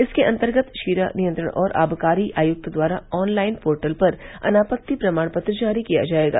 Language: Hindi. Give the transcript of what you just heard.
इसके अन्तर्गत शीरा नियंत्रक और आबकारी आयुक्त द्वारा ऑन लाइन पोर्टल पर अनापत्ति प्रमाण पत्र जारी किया जायेगा